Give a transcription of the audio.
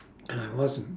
and I wasn't